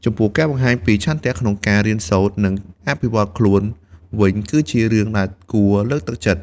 ចំពោះការបង្ហាញពីឆន្ទៈក្នុងការរៀនសូត្រ និងអភិវឌ្ឍខ្លួន វិញគឺជារឿងដែលគួរលើកទឹកចិត្ត។